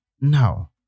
Now